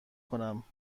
کنم